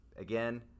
Again